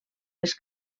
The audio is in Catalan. les